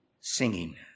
singing